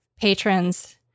patrons